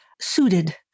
suited